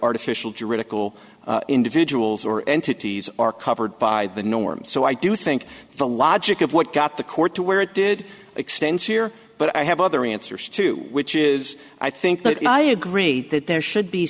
artificial to ridicule individuals or entities are covered by the norm so i do think the logic of what got the court to where it did extends here but i have other answers too which is i think that i agree that there should be